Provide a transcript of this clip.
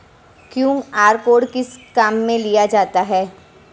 QR code किस किस काम में लिया जाता है?